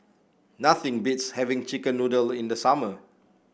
nothing beats having chicken noodle in the summer